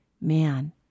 man